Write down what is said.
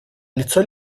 лицо